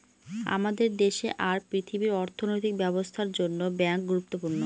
আমাদের দেশে আর পৃথিবীর অর্থনৈতিক ব্যবস্থার জন্য ব্যাঙ্ক গুরুত্বপূর্ণ